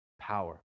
power